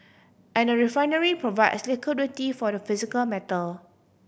and a refinery provides liquidity for the physical metal